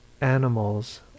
animals